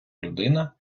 людина